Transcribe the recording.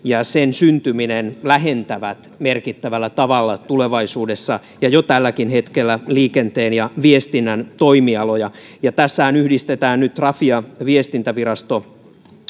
ja sen syntyminen lähentävät merkittävällä tavalla tulevaisuudessa ja jo tälläkin hetkellä liikenteen ja viestinnän toimialoja tässähän yhdistetään nyt trafi ja viestintävirasto